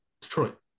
Detroit